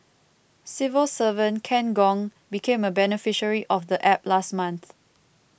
civil servant Ken Gong became a beneficiary of the App last month